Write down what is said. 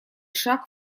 шаг